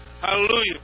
Hallelujah